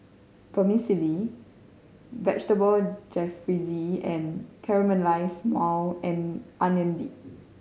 Vermicelli Vegetable Jalfrezi and Caramelized Maui and Onion Dip